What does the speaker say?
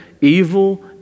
evil